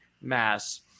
mass